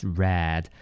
red